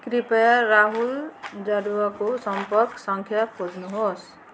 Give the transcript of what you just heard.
कृपाय राहुल जँडुवाको सम्पर्क सङ्ख्या खोज्नुहोस्